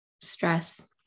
stress